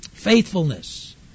Faithfulness